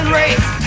race